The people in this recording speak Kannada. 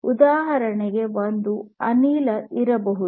ಉದಾಹರಣೆಗೆ ಒಂದು ಅನಿಲ ಇರಬಹುದು